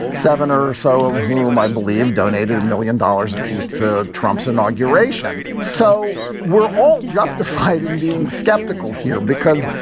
seven or so of whom i believe donated a million dollars apiece to trump's inauguration. so we're all justified in being skeptical here, because,